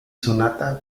sonata